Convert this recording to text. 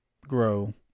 grow